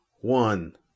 One